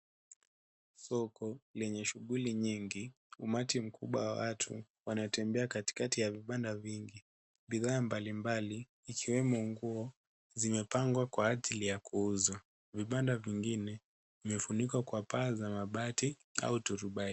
Soko lenye shughuli nyingi. Umati mkubwa wa watu wanatembea katikati ya vibanda vingi. Bidhaa mbalimbali ikiwemo nguo zimepangwa kwa ajili ya kuuza. Vibanda vingine vimefunikwa kwa paa ya mabati au turubai.